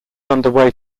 underway